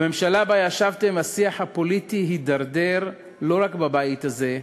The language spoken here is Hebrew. בממשלה שבה ישבתם השיח הפוליטי הידרדר לא רק בבית הזה,